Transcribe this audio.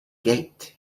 gate